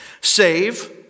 save